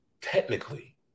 technically